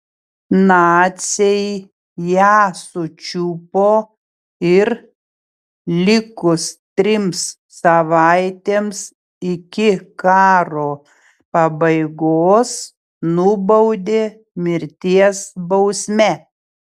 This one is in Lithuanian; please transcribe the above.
naciai ją sučiupo ir likus trims savaitėms iki karo pabaigos nubaudė mirties bausme